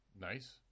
Nice